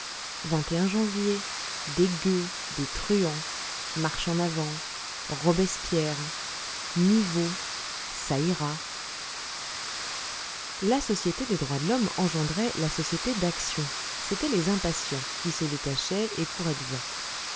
janvier des gueux des truands marche en avant robespierre ça ira la société des droits de l'homme engendrait la société d'action c'étaient les impatients qui se détachaient et couraient devant